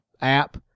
app